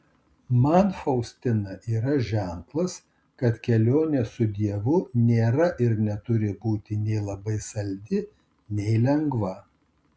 man faustina yra ženklas kad kelionė su dievu nėra ir neturi būti nei labai saldi nei lengva